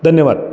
धन्यवाद